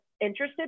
interested